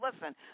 listen